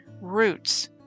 Roots